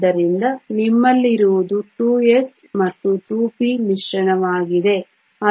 ಆದ್ದರಿಂದ ನಿಮ್ಮಲ್ಲಿರುವುದು 2s ಮತ್ತು 2p ಮಿಶ್ರಣವಾಗಿದೆ